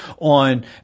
on